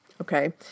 Okay